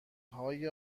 های